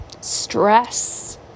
stress